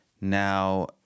Now